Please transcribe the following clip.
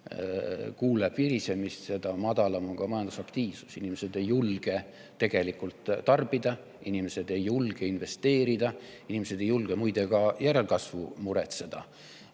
kuuleb virisemist, seda madalam on majandusaktiivsus. Inimesed ei julge tarbida, inimesed ei julge investeerida, inimesed ei julge muide ka järelkasvu muretseda.